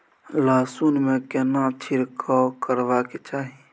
लहसुन में केना छिरकाव करबा के चाही?